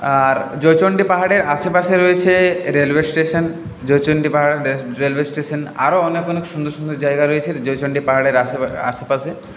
আর জয়চণ্ডী পাহাড়ের আশেপাশে রয়েছে railway station Joychandi Pahar railway station আরও অনেক অনেক সুন্দর সুন্দর জায়গা রয়েছে জয়চণ্ডী পাহাড়ের আশেপাশে